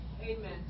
Amen